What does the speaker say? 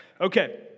Okay